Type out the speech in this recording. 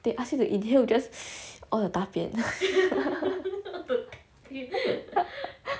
they ask you to inhale just all the 大便